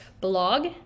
blog